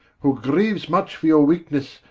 who greeues much for your weaknesse,